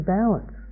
balance